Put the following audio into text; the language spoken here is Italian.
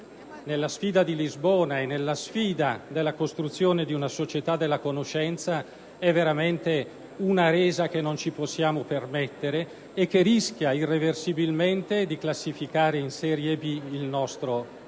nella sfida di Lisbona e nella sfida della costruzione di una società della conoscenza, è veramente una resa che non ci possiamo permettere e che rischia di classificare irreversibilmente in serie B il nostro Paese.